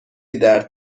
درد